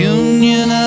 union